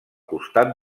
costat